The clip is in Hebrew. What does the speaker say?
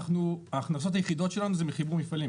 אנחנו ההכנסות היחדות שלנו הן מחיבור מפעלים.